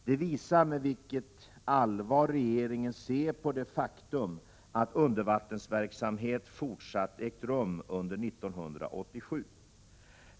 Det visar med vilket allvar regeringen ser på det faktum att undervattensverksamhet fortsatt äga rum under 1987.